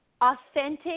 authentic